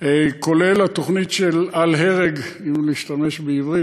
כולל התוכנית של "אל-הרג", אם נשתמש בעברית.